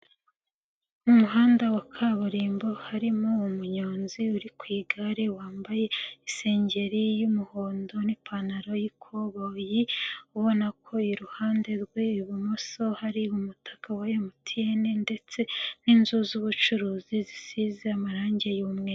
Mu muhanda wa kaburimbo, harimo umunyonzi uri ku igare, wambaye isengeri y'umuhondo n'ipantaro y'ikoboyi, ubona ko iruhande rwe ibumoso hari umutaka wa MTN ndetse n'inzu z'ubucuruzi, zisize amarangi y'umweru.